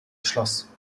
schloss